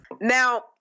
Now